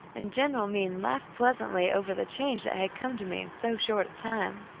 and general meem laughed pleasantly over the change that had come to me in so short a time.